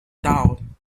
dawn